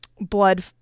blood